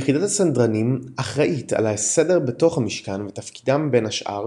יחידת הסדרנים אחראית על הסדר בתוך המשכן ותפקידם בין השאר